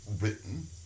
written